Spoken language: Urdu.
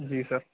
جی سر